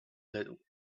little